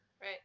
right